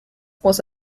was